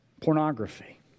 pornography